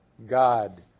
God